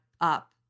up